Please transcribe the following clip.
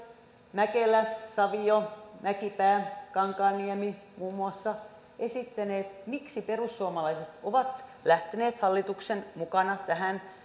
mäkelä savio mäkipää kankaanniemi muun muassa esittäneet miksi perussuomalaiset ovat lähteneet hallituksen mukana tähän syy